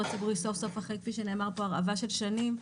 הציבורי סוף-סוף אחרי הרעבה של שנים.